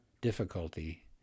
difficulty